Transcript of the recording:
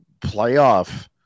playoff